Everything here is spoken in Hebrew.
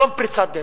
שום פריצת דרך.